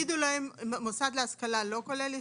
אתם תגידו להם: מוסד להשכלה לא כולל ישיבה?